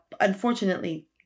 unfortunately